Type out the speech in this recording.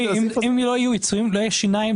אדוני, אם לא יהיו עיצומים, לחוק לא יהיו שיניים.